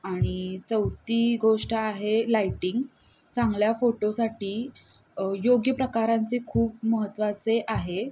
आणि चौथी गोष्ट आहे लायटिंग चांगल्या फोटोसाठी योग्य प्रकारांचे खूप महत्त्वाचे आहे